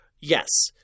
yes